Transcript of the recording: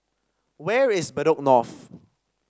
where is Bedok North